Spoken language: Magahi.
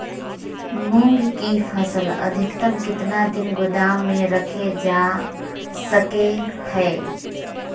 मूंग की फसल अधिकतम कितना दिन गोदाम में रखे जा सको हय?